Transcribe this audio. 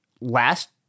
last